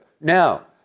Now